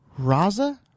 Raza